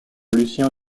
lucien